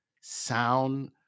sound